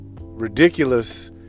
ridiculous